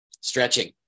stretching